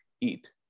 eat